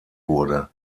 wurde